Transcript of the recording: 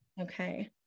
Okay